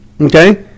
Okay